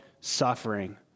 suffering